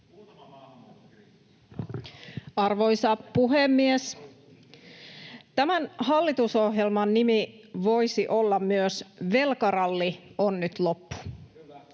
Arvoisa puhemies! Tämän hallitusohjelman nimi voisi olla myös ”Velkaralli on nyt loppu”.